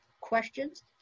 questions